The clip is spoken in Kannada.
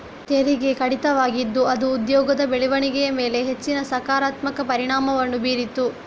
ತೆರಿಗೆ ಕಡಿತವಾಗಿದ್ದು ಅದು ಉದ್ಯೋಗದ ಬೆಳವಣಿಗೆಯ ಮೇಲೆ ಹೆಚ್ಚಿನ ಸಕಾರಾತ್ಮಕ ಪರಿಣಾಮವನ್ನು ಬೀರಿತು